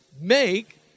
make